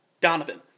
Donovan